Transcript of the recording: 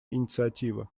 инициатива